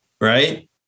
right